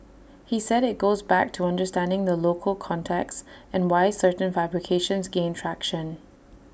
he said IT goes back to understanding the local context and why certain fabrications gain traction